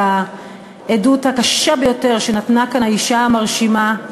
העדות הקשה ביותר שנתנה כאן האישה המרשימה,